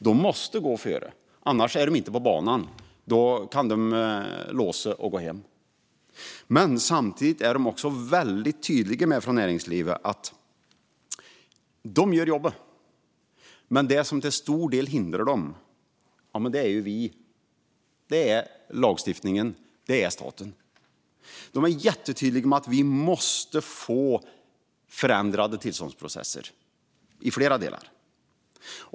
De måste gå före - annars är de inte på banan utan kan låsa och gå hem. Samtidigt är näringslivet väldigt tydliga med att de gör jobbet men att det som till stor del hindrar dem är vi - lagstiftningen och staten. De är jättetydliga med att vi måste få till stånd förändrade tillståndsprocesser i flera delar.